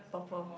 top four